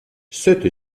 cette